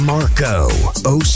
Marco